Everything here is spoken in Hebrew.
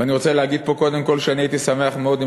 ואני רוצה להגיד פה קודם כול שאני אשמח מאוד אם